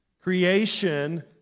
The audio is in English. Creation